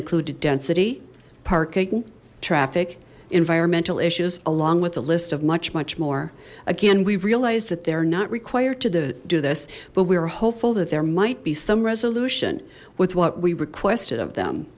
included density parking traffic environmental issues along with a list of much much more again we realize that they're not required to do do this but we are hopeful that there might be some resolution with what we requested of them